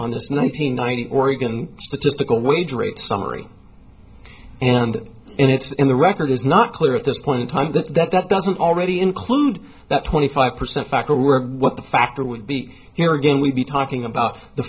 on this nine hundred ninety oregon statistical wage rate summary and and it's in the record is not clear at this point in time that that doesn't already include that twenty five percent factor were what the factor would be here again we'd be talking about the